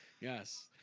yes